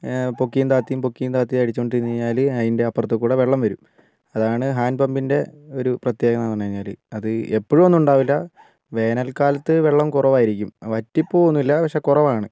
പൊക്കിയും താഴ്ത്തിയും പൊക്കിയും താഴ്ത്തിയും അടിച്ചു കൊണ്ടിരുന്നു കഴിഞ്ഞാൽ അതിൻ്റെ അപ്പുറത്തുകൂടി വെള്ളം വരും അതാണ് ഹാന്റ് പമ്പിൻ്റെ ഒരു പ്രത്യേകത എന്ന് പറഞ്ഞു കഴിഞ്ഞാൽ അത് എപ്പോഴും ഒന്നും ഉണ്ടാകില്ല വേനൽക്കാലത്ത് വെള്ളം കുറവായിരിക്കും വറ്റി പോകുകയൊന്നുമില്ല പക്ഷേ കുറവാണ്